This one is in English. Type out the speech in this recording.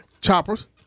Choppers